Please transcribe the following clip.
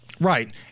Right